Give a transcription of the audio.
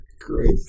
Great